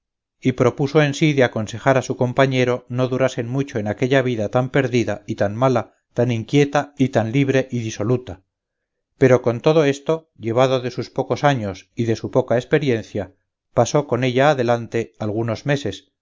y propuso en sí de aconsejar a su compañero no durasen mucho en aquella vida tan perdida y tan mala tan inquieta y tan libre y disoluta pero con todo esto llevado de sus pocos años y de su poca esperiencia pasó con ella adelante algunos meses